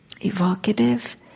evocative